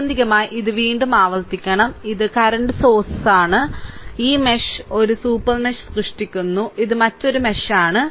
ആത്യന്തികമായി ഇത് വീണ്ടും ആവർത്തിക്കണം ഇത് കറന്റ് സോഴ്സ്ആണ് ഈ മെഷ് ഈ മെഷ് ഒരു സൂപ്പർ മെഷ് സൃഷ്ടിക്കുന്നു ഇത് മറ്റൊരു മെഷ് ആണ്